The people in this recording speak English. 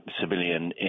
civilian